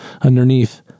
Underneath